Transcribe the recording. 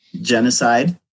genocide